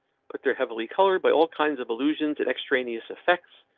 but they're heavily colored by all kinds of illusions and extraneous effects,